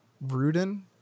Rudin